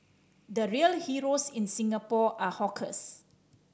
the real heroes in Singapore are hawkers